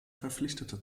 verpflichtete